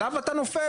עליו אתה נופל?